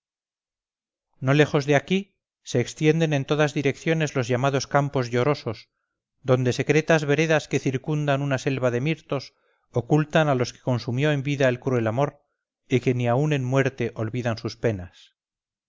no lejos de aquí se extienden en todas direcciones los llamados campos llorosos donde secretas veredas que circundan una selva de mirtos ocultan a los que consumió en vida el cruel amor y que ni aun en muerte olvidan sus penas